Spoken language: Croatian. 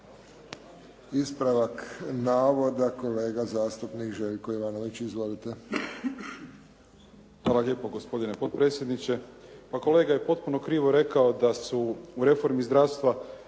Ispravak navoda, kolega zastupnik Željko Jovanović. Izvolite. **Jovanović, Željko (SDP)** Hvala lijepo gospodine potpredsjedniče. Pa kolega je potpuno krivo rekao da su u reformi zdravstva